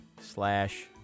slash